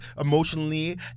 emotionally